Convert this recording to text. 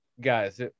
guys